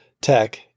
Tech